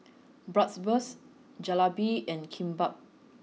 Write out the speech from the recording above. Bratwurst Jalebi and Kimbap